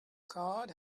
card